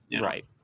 Right